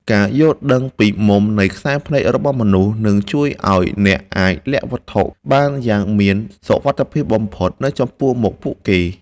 ការយល់ដឹងពីមុំនៃខ្សែភ្នែករបស់មនុស្សនឹងជួយឱ្យអ្នកអាចលាក់វត្ថុបានយ៉ាងមានសុវត្ថិភាពបំផុតនៅចំពោះមុខពួកគេ។